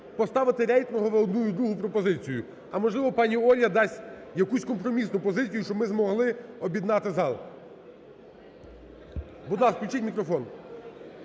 поставити рейтингово одну і другу пропозицію. А, можливо, пані Оля дасть якусь компромісну позицію, щоб ми змогли об'єднати зал. Будь ласка, включіть мікрофон.